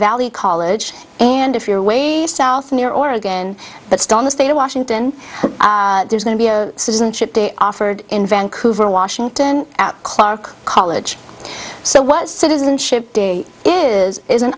valley college and if you're way to south near oregon but still in the state of washington there's going to be a citizenship day offered in vancouver washington at clark college so what citizenship is is an